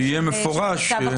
שיהיה מפורש.